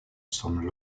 some